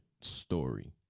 story